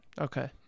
Okay